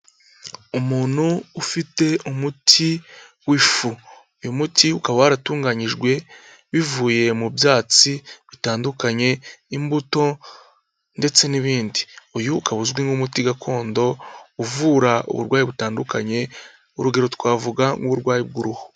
Umuntu ufite umuti w'ifu, uyu muti ukaba waratunganyijwe bivuye mu byatsi bitandukanye imbuto ndetse n'ibindi, uyu ukaba uzwi nk'umuti gakondo uvura uburwayi butandukanye, urugero twavuga nk'uburwayi bw'uruhu.